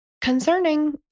concerning